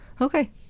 Okay